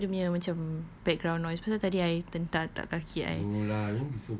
cuma I takut dia punya macam background noise pasal tadi I terhentak-hentak kaki I